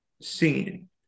seen